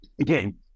again